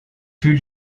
pull